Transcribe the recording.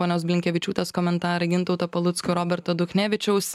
ponios blinkevičiūtės komentarai gintauto palucko roberto duchnevičiaus